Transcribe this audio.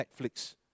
Netflix